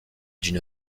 d’une